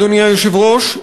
אדוני היושב-ראש,